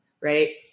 right